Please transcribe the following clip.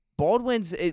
Baldwin's